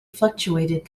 fluctuated